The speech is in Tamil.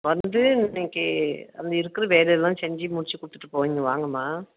வந்து இன்றைக்கி அந்த இருக்கிற வேலையெல்லாம் செஞ்சு முடித்துக் கொடுத்துட்டு போங்க இங்கே வாங்கம்மா